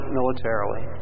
militarily